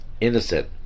innocent